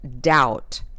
doubt